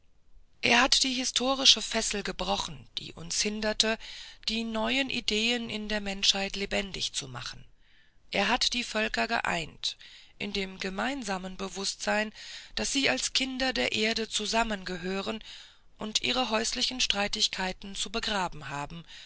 er hat die historischen fesseln gebrochen die uns verhinderten die neuen ideen in der menschheit lebendig zu machen er hat die völker geeint in dem gemeinsamen bewußtsein daß sie als kinder der erde zusammengehören und ihre häuslichen streitigkeiten zu begraben haben